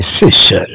decision